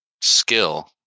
skill